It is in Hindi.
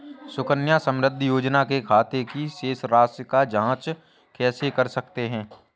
सुकन्या समृद्धि योजना के खाते की शेष राशि की जाँच कैसे कर सकते हैं?